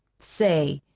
say,